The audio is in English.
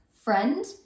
friend